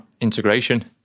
integration